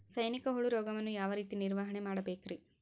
ಸೈನಿಕ ಹುಳು ರೋಗವನ್ನು ಯಾವ ರೇತಿ ನಿರ್ವಹಣೆ ಮಾಡಬೇಕ್ರಿ?